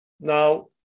Now